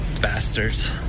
Bastards